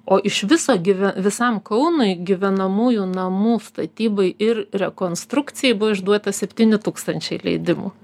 o iš viso gyve visam kaunui gyvenamųjų namų statybai ir rekonstrukcijai buvo išduota septyni tūkstančiai leidimų